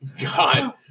God